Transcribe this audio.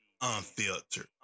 unfiltered